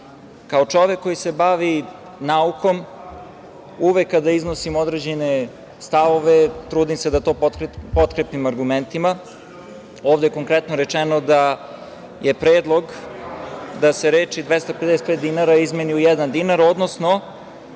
čovek koji se bavi naukom uvek kada iznosim određene stavove trudim da to potkrepim argumentima. Ovde je konkretno rečeno da je predlog da se reči „255 dinara“ izmeni u „jedan dinar“, odnosno